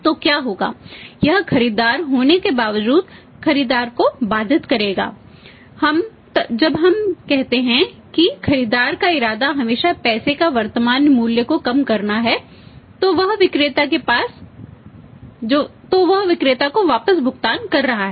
तो क्या होगा यह खरीदार होने के बावजूद खरीदार को बाधित करेगा जब हम कहते हैं कि खरीदार का इरादा हमेशा पैसे के वर्तमान मूल्य को कम करना है तो वह विक्रेता को वापस भुगतान कर रहा है